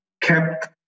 kept